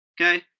okay